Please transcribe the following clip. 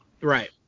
Right